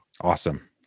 Awesome